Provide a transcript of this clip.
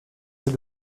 ses